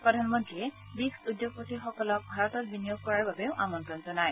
প্ৰধানমন্ত্ৰীয়ে ৱিক্ছ উদ্যোগপতি সকলক ভাৰতত বিনিয়োগ কৰাৰ বাবে আমন্ত্ৰণ জনায়